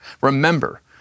Remember